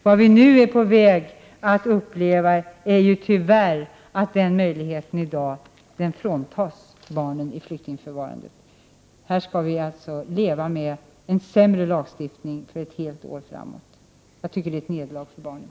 Vad vi nu är på väg att få uppleva är tyvärr att den möjligheten för barnen i dag fråntas dem i förfarandet. Här skall vi alltså leva med en sämre lagstiftning i ett helt år framåt. Jag tycker att det är ett nederlag för barnen.